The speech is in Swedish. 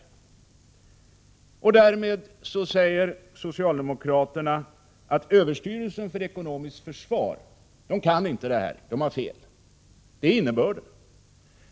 Därmed säger socialdemokraterna att överstyrelsen för ekonomiskt försvar inte kan det här och att den har fel — det är innebörden.